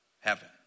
heaven